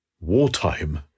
wartime